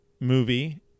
movie